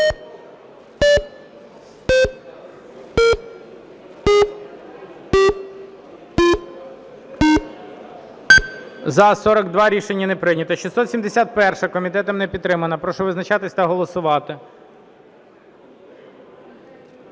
За-42 Рішення не прийнято. 671-а. Комітетом не підтримана. Прошу визначатись та голосувати.